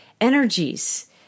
energies